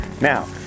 Now